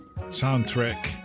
soundtrack